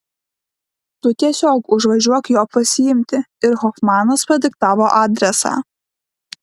tu tiesiog užvažiuok jo pasiimti ir hofmanas padiktavo adresą